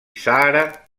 sàhara